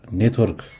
network